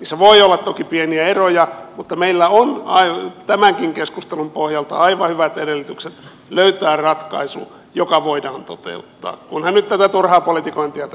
niissä voi olla toki pieniä eroja mutta meillä on tämänkin keskustelun pohjalta aivan hyvät edellytykset löytää ratkaisu joka voidaan toteuttaa kunhan nyt tätä turhaa politikointia